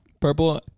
Purple